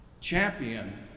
champion